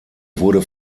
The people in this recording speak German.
wurde